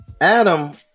Adam